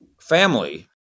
family